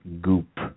Goop